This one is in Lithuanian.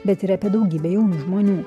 bet ir apie daugybę jaunų žmonių